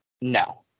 No